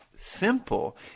simple